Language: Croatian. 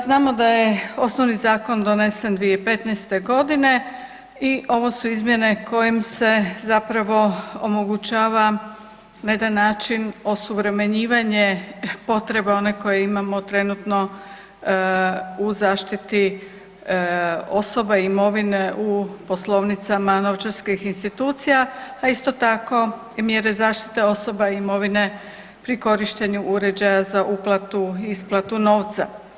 Znamo da je osnovni zakon donesen 2015.g. i ovo su izmjene kojim se zapravo omogućava na jedan način osuvremenjivanje potreba one koje imamo trenutno u zaštiti osoba i imovine u poslovnicama novčarskih institucija, a isto tako i mjere zaštite osoba i imovine pri korištenju uređaja za uplatu i isplatu novca.